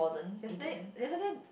yesterday yesterday